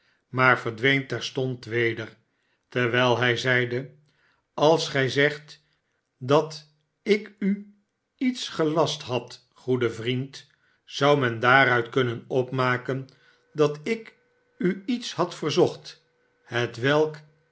maar verdween terstond weder terwijl hij zeide sals gij zegt dat ik u iets gelast had goede vriend zou men daaruit kunnen opmaken dat ik u iets had verzocht hetwelk